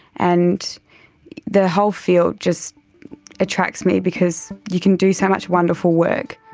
and the whole field just attracts me because you can do so much wonderful work.